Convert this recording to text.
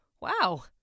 Wow